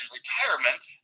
retirement